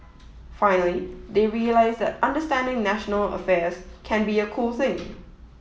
finally they realise that understanding national affairs can be a cool thing